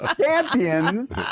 champions